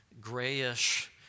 grayish